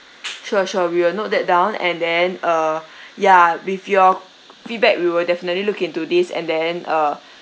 sure sure we will note that down and then uh ya with your feedback we will definitely look into this and then uh